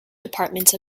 departments